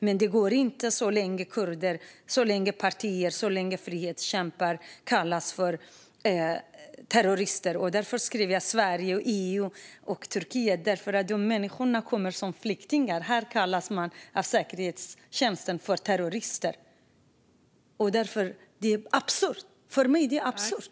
Men det går inte så länge kurder, partier och frihetskämpar kallas för terrorister. Därför skrev jag Sverige och EU och Turkiet. Människor som kommer som flyktingar kallas av säkerhetstjänsten för terrorister. För mig är det absurt.